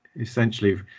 Essentially